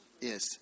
yes